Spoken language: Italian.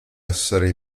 essere